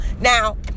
now